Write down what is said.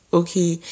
okay